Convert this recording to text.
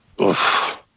Oof